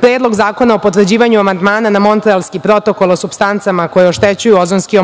Predlog zakona o potvrđivanju amandmana na Montrealski protokol o supstancama koje oštećuju ozonski